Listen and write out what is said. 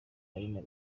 aline